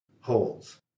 holds